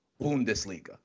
Bundesliga